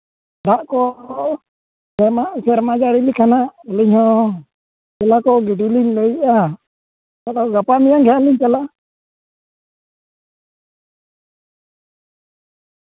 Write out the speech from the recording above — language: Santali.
ᱫᱟᱜ ᱠᱚ ᱥᱮᱨᱢᱟ ᱥᱮᱨᱢᱟ ᱡᱟᱹᱲᱤ ᱞᱮᱠᱷᱟᱱᱮ ᱱᱚᱣᱟ ᱛᱚᱞᱟ ᱠᱚ ᱜᱤᱰᱤ ᱞᱤᱧ ᱞᱟᱹᱭᱮᱜᱼᱟ ᱟᱫᱚ ᱜᱟᱯᱟ ᱢᱮᱭᱟᱝ ᱜᱮ ᱦᱟᱸᱜ ᱞᱤᱧ ᱪᱟᱞᱟᱜᱼᱟ